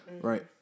Right